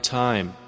time